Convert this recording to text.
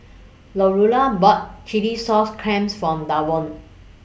Lurana bought Chilli Sauce Clams For Davon